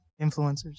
influencers